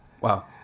Wow